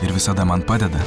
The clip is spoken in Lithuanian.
ir visada man padeda